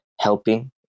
helping